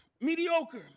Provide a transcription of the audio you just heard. mediocre